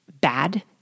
bad